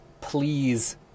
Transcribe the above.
please